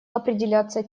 определяться